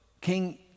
king